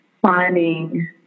finding